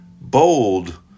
bold